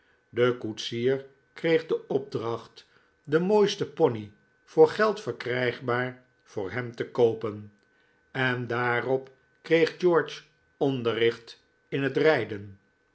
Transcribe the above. de koetsier kreeg de opdracht den mooisten pony voor geld verkrijgbaar voor hem te koopen en daarop kreeg george onderricht in het rijden